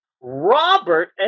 Robert